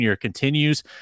continues